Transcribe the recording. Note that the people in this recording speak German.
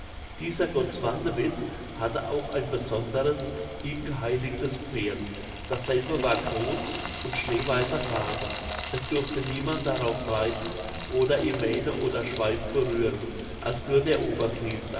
dieser gott swantewit hatte auch ein besonderes ihm geheiligtes pferd dasselbe war groß und schneeweißer farbe es durfte niemand darauf reiten oder ihm mähne oder schweif berühren als nur der